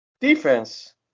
Defense